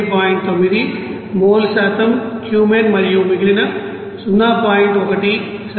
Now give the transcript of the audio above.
9 mole శాతం cumene మరియు మిగిలిన 0